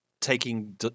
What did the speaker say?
taking